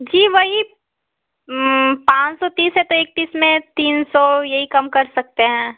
जी वही पाँच सौ तीस है तो एकतीस में तीन सौ यही कम कर सकते हैं